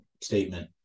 statement